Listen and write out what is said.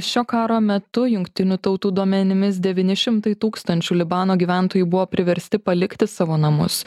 šio karo metu jungtinių tautų duomenimis devyni šimtai tūkstančių libano gyventojų buvo priversti palikti savo namus